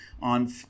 on